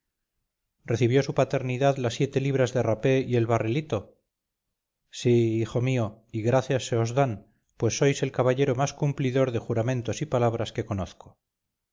recibió su paternidad las siete libras de rapé y el barrilito si hijo mío y gracias se os dan pues sois el caballero más cumplidor de juramentos y palabras que conozco